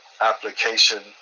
application